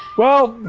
well.